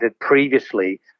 previously